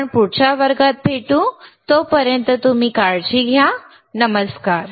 तर आपण पुढच्या वर्गात भेटू तोपर्यंत तुम्ही काळजी घ्या नमस्कार